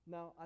Now